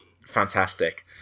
fantastic